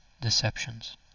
deceptions